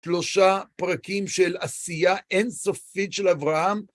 שלושה פרקים של עשייה אינסופית של אברהם.